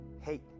hate